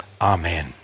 Amen